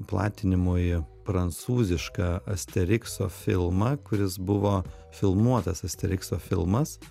platinimui prancūzišką asterikso filmą kuris buvo filmuotas asterikso filmas